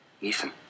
Ethan